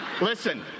Listen